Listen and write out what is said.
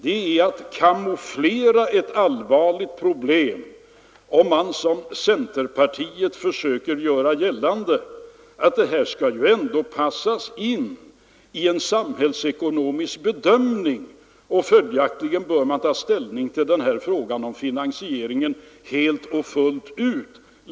Det är att kamouflera ett allvarligt problem om man såsom centerpartiet försöker göra gällande, att det här ju ändå skall passas in i en samhällsekonomisk bedömning, och följaktligen bör man längre fram, förslagsvis i höst, ta ställning till frågan om finansieringen helt och fullt ut.